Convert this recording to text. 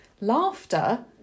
laughter